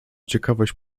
ciekawość